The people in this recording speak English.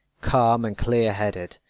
calm and clear-headed,